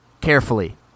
carefully